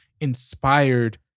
inspired